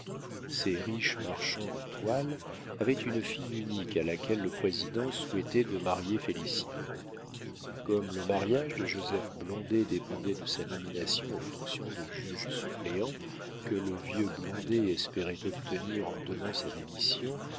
ces riches marchands de toiles avaient une fille unique à laquelle le président souhaitait de marier félicien comme le mariage de joseph blondet dépendait de sa nomination aux fonctions de juge-suppléant que le vieux blondet espérait obtenir en donnant sa démission